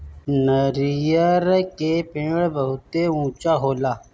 नरियर के पेड़ बहुते ऊँचा होला